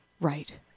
Right